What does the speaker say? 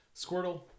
Squirtle